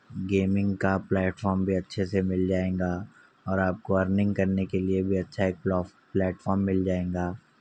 gaming کا platform بھی اچھے سے مل جائیں گا اور آپ کو ارننگ کرنے کے لیے بھی اچھا ایک پلیٹفارم مل جائیں گا